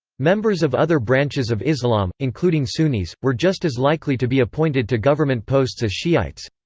members of other branches of islam, including sunnis, were just as likely to be appointed to government posts as shiites.